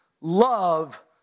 love